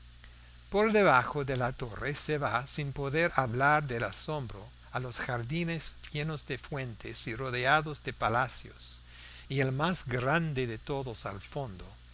por debajo de la torre se va sin poder hablar del asombro a lo jardines llenos de fuentes y rodeados de palacios y el más grande de todos al fondo